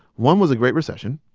one was the great recession.